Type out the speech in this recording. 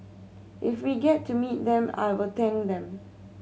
if we get to meet them I will thank them